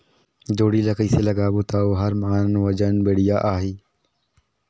जोणी ला कइसे लगाबो ता ओहार मान वजन बेडिया आही?